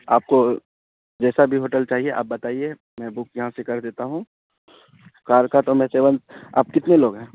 آپ کو جیسا بھی ہوٹل چاہیے آپ بتائیے میں بک یہاں سے کر دیتا ہوں کار کا تو میں سی وون آپ کتنے لوگ ہیں